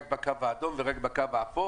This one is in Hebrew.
רק בקו האדום ורק בקו האפור